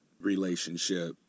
relationship